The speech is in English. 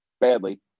badly